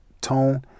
tone